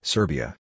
Serbia